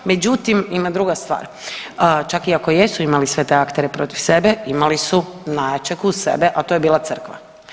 Međutim, ima druga stvar, čak i ako jesu imali ste te aktere protiv sebe imali su najjačeg uz sebe, a to je bila crkva.